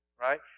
right